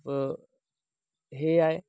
সেয়াই